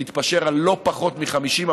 נתפשר על לא פחות מ-50.